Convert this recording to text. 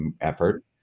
effort